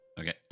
Okay